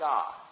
God